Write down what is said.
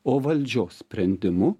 o valdžios sprendimu